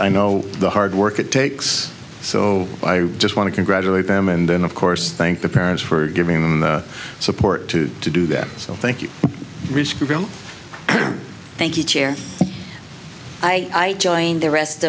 i know the hard work it takes so i just want to congratulate them and then of course think the parents for giving them the support to do that so thank you thank you chair i join the rest